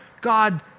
God